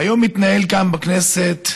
היום התנהלו כאן בכנסת